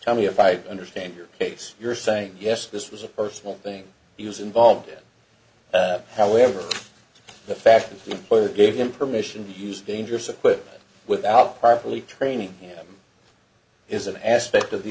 tell me if i understand your case you're saying yes this was a personal thing he was involved however the fact of employer gave him permission to use dangerous equipment without properly training him is an aspect of the